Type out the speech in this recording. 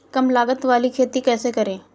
कम लागत वाली खेती कैसे करें?